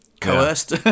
Coerced